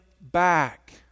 back